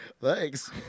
Thanks